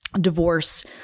divorce